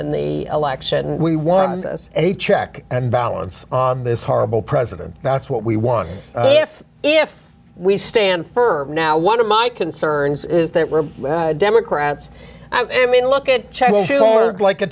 n the election we want a check and balance on this horrible president that's what we want if we stand firm now one of my concerns is that we're democrats i mean look at china like a